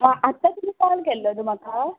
आ आत्तांच तुमी कॉल केल्लो न्हू म्हाका